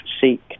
seek